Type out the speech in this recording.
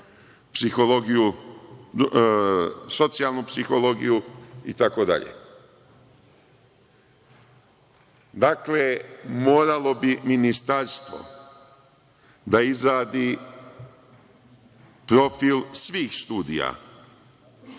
socijalnu psihologiju, itd. Dakle, moralo bi Ministarstvo da izradi profil svih studija